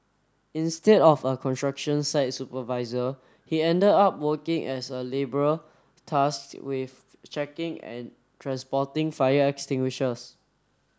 instead of a construction site supervisor he ended up working as a labourer tasked with checking and transporting fire extinguishers